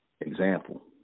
example